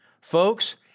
Folks